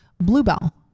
bluebell